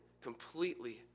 completely